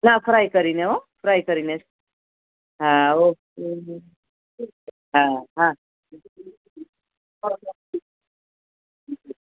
ના ફ્રાય કરીને હો ફ્રાય કરીને જ હા ઓકે હા હા